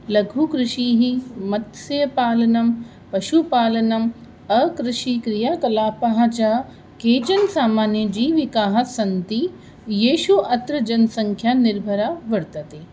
लघुकृषिः मत्स्यपालनं पशुपालनम् अकृषिक्रियाकलापः च केचन सामान्यजीविकाः सन्ति येषु अत्र जनसंख्या निर्भराः वर्तते